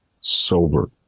sober